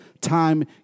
Time